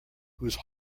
whose